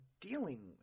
dealing